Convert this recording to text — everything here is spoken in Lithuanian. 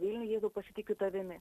vilniuj jėzau pasitikiu tavimi